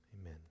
Amen